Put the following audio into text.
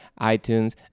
iTunes